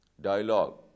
dialogue